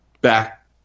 back